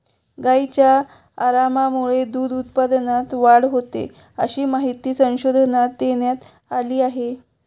गायींच्या आरामामुळे दूध उत्पादनात वाढ होते, अशी माहिती संशोधनात देण्यात आली आहे